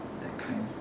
that kind